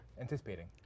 Anticipating